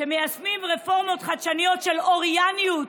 שמיישמים רפורמות חדשניות של אוריינות,